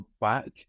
back